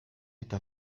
eta